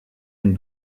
end